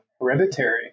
Hereditary